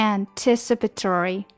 Anticipatory